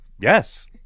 Yes